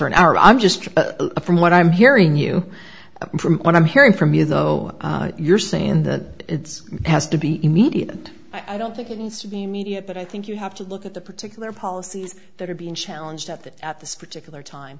or an hour i'm just from what i'm hearing you from what i'm hearing from you though so you're saying that it's has to be immediate and i don't think it needs to be immediate but i think you have to look at the particular policies that are being challenged at that at this particular time